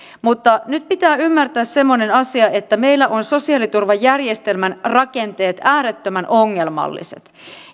mutta nyt pitää ymmärtää semmoinen asia että meillä ovat sosiaaliturvajärjestelmän rakenteet äärettömän ongelmalliset